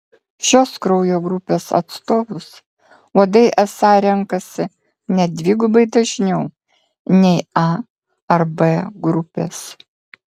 šios kraujo grupės atstovus uodai esą renkasi net dvigubai dažniau nei a ar b grupės